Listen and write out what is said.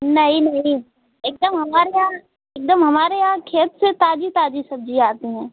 नहीं नहीं एकदम हमारे यहाँ एकदम हमारे यहाँ खेत से ताज़ी ताज़ी सब्ज़ी आती है